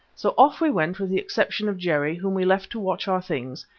so off we went with the exception of jerry, whom we left to watch our things,